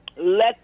let